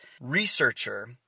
researcher